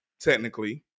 technically